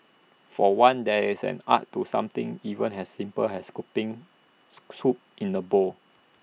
for one there is an art to something even as simple as scooping scoop soup in A bowl